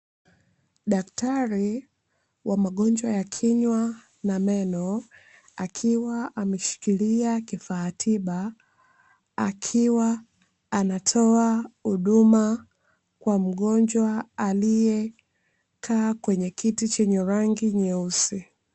Daktari wa magonjwa ya kinywa na meno, akiwa ameshikilia kifaa tiba. Akiwa anatoa huduma kwa mgonjwa aliyekaa kwenye kiti chenye rangi nyeusi.